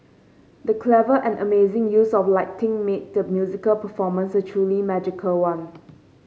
the clever and amazing use of lighting made the musical performance a truly magical one